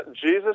Jesus